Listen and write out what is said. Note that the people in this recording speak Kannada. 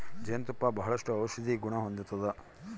ಜೇನು ತುಪ್ಪ ಬಾಳಷ್ಟು ಔಷದಿಗುಣ ಹೊಂದತತೆ